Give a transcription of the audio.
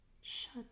Shut